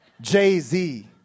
Jay-Z